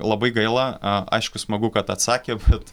labai gaila aišku smagu kad atsakė bet